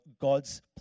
God's